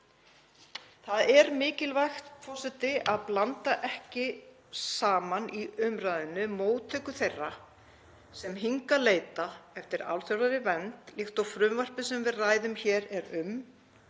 Það er mikilvægt að blanda ekki saman í umræðunni móttöku þeirra sem hingað leita eftir alþjóðlegri vernd, líkt og frumvarpið sem við ræðum hér er um,